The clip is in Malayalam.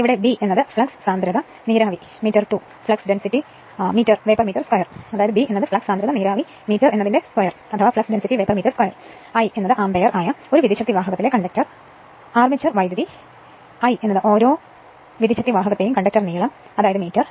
ഇപ്പോൾ B ഫ്ലക്സ് സാന്ദ്രത നീരാവി മീറ്റർ 2 I ആമ്പിയർ ആയ ഒരു വിദ്യൂച്ഛക്തിവാഹകത്തിലെ ആർമേച്ചർ വൈദ്യുതി l ഓരോ വിദ്യുത്ശക്തിവാഹകത്തെയും നീളം അതായത് മീറ്റർ